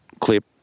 clip